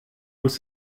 muss